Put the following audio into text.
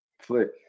Flick